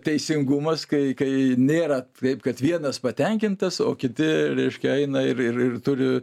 teisingumas kai kai nėra taip kad vienas patenkintas o kiti reiškia eina ir ir ir turi